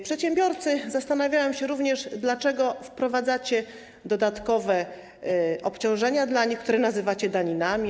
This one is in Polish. Przedsiębiorcy zastanawiają się również, dlaczego wprowadzacie dodatkowe obciążenia dla nich, które nazywacie daninami.